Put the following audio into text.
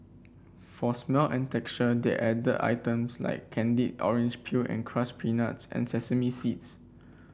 for smell and texture they added items like candied orange peel and crushed peanuts and sesame seeds